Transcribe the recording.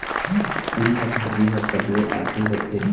कोन सा भाजी हा सबले आघु होथे?